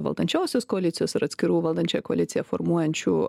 valdančiosios koalicijos ir atskirų valdančią koaliciją formuojančių